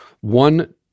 One